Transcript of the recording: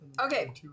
Okay